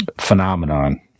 phenomenon